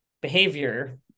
behavior